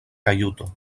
kajuto